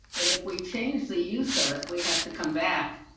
but if we change the use of it. we have to come back.